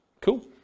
Cool